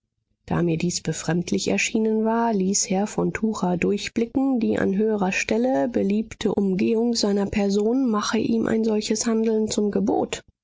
da mir dies befremdlich erschienen war ließ herr von tucher durchblicken die an höherer stelle beliebte umgehung seiner person mache ihm ein solches handeln zum gebot